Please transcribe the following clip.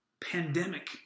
pandemic